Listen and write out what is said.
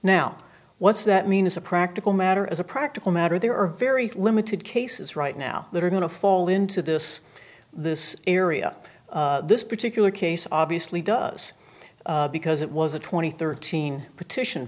now what's that mean as a practical matter as a practical matter there are very limited cases right now that are going to fall into this this area this particular case obviously does because it was a twenty thirteen petition